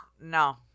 No